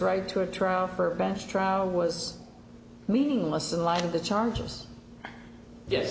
right to a trial for a bench trial was meaningless in light of the charges yes